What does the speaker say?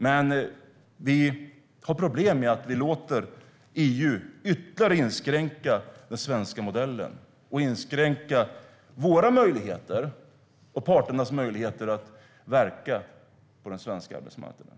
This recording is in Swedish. Men vi har problem med att låta EU ytterligare inskränka den svenska modellen och inskränka våra möjligheter och parternas möjligheter att verka på den svenska arbetsmarknaden.